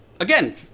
Again